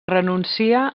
renuncia